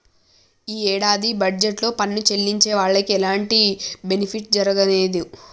యీ యేడాది బడ్జెట్ లో పన్ను చెల్లించే వాళ్లకి ఎలాంటి బెనిఫిట్ జరగనేదు